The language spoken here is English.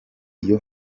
your